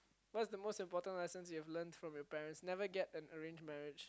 what's the most important lessons you've learnt from your parents never get an arranged marriage